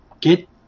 get